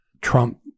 Trump